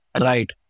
Right